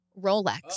Rolex